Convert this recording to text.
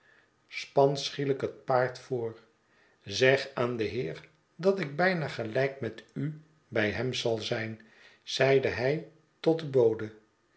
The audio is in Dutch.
span schielijk het paard voor zeg aan den heer dat ik bijria gelijk met u by hem zijn zal zeide hij tot den bode